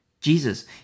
Jesus